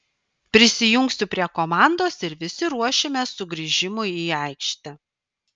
prisijungsiu prie komandos ir visi ruošimės sugrįžimui į aikštę